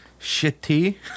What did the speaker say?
Shitty